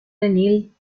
neil